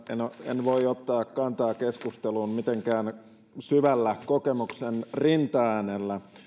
en voi ottaa kantaa keskusteluun mitenkään syvällä kokemuksen rintaäänellä